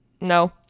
no